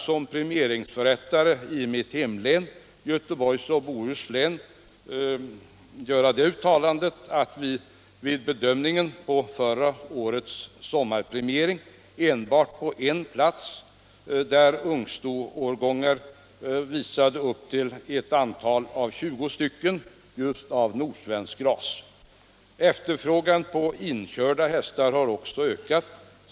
Som premieringsförrättare i mitt hemlän, Göteborgs och Bohus län, hade jag vid förra årets sommarpremiering till bedömning upp till 20 ungston i en årsring av nordsvensk ras enbart på en plats. Efterfrågan på inkörda hästar har också ökat.